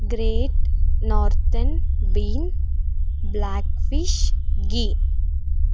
great northern bean black fish ghee